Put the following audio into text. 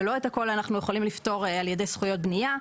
ולא את הכול אנחנו יכולים לפתור על ידי זכויות בנייה.